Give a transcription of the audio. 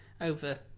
over